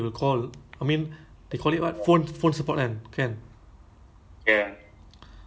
it's like like to me not much difference right kalau work from home then